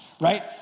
right